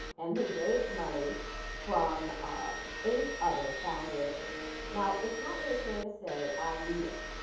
and we raised money from um eight other foundations. now, it's not really fair to say, i lead it,